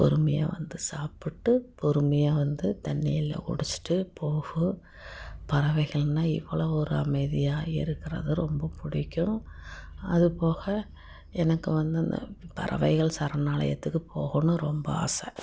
பொறுமையாக வந்து சாப்பிட்டு பொறுமையாக வந்து தண்ணியெல்லாம் குடிச்சுட்டு போகும் பறவைகள்ன்னால் இவ்வளோ ஒரு அமைதியாக இருக்கிறது ரொம்ப பிடிக்கும் அதுபோக எனக்கு வந்து அந்த பறவைகள் சரணாலயத்துக்கு போகணும் ரொம்ப ஆசை